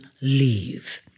leave